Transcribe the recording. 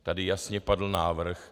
Tady jasně padl návrh.